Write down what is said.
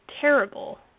terrible